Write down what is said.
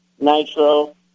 Nitro